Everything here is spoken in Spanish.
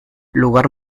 lugar